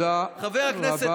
תודה רבה.